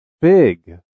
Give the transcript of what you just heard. Big